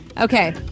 Okay